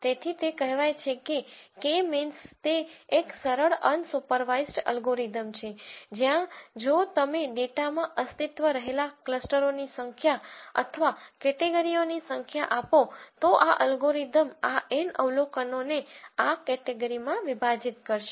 તેથી તે કહેવાય છે કે કે મીન્સ તે એક સરળ અનસુપરવાઇસ્ડ એલ્ગોરિધમ છે જ્યાં જો તમે ડેટામાં અસ્તિત્વમાં રહેલા ક્લસ્ટરોની સંખ્યા અથવા કેટેગરીઓની સંખ્યા આપો તો આ એલ્ગોરિધમ આ N અવલોકનોને આ કેટેગરીમાં વિભાજીત કરશે